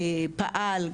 פעל,